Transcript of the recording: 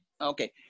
Okay